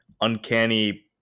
uncanny